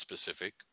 specific